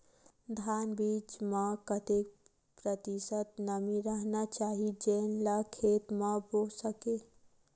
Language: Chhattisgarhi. धान बीज म कतेक प्रतिशत नमी रहना चाही जेन ला खेत म बो सके?